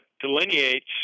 delineates